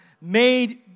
made